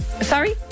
Sorry